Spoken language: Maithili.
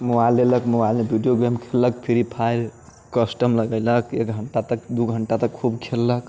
मोबाइल लेलक मोबाइलमे वीडियो गेम खेललक फ्री फायर कस्टम लगेलक एक घण्टा तक दू घण्टा तक खूब खेललक